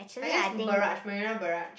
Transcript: I guess barrage Marina-Barrage